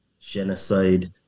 genocide